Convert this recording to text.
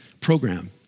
program